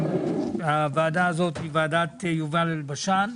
הוועדה הזאת, שהיא ועדת יובל אלבשן,